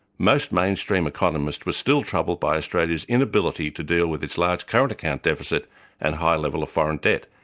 most mainstream economists were still troubled by australia's inability to deal with its large current account deficit and high level of foreign debt,